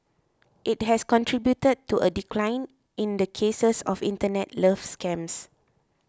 it has contributed to a decline in the cases of Internet love scams